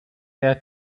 der